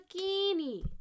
bikini